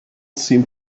seemed